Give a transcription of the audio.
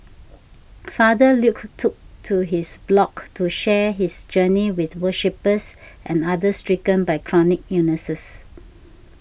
Father Luke took to his blog to share his journey with worshippers and others stricken by chronic illnesses